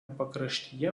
pakraštyje